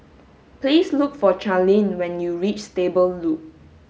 please look for Charline when you reach Stable Loop